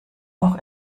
auch